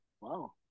Wow